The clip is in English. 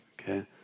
okay